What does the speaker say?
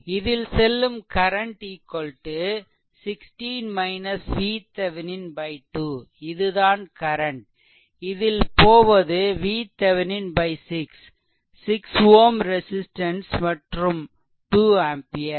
இதில் செல்லும் current 16 VThevenin 2 இதுதான் கரன்ட் இதில் போவது VThevenin 6 6 Ω ரெசிஸ்ட்டன்ஸ் மற்றும் 2 ஆம்பியர்